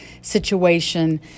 situation